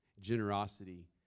generosity